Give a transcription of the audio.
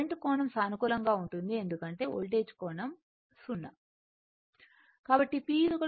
current కోణం సానుకూలంగా ఉంటుంది ఎందుకంటే వోల్టేజ్ కోణం 0